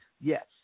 Yes